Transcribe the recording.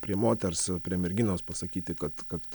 prie moters prie merginos pasakyti kad kad